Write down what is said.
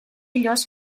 ellos